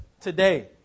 today